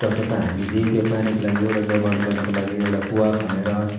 तसर्थ हामीले त्यो पानीको लागि एउटा जग्गाबाट गर्नुको लागि एउटा कुवा खनेर